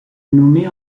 nommée